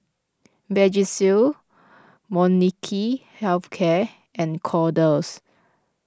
Vagisil Molnylcke Health Care and Kordel's